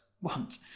want